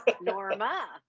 Norma